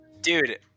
Dude